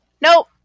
Nope